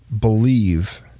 believe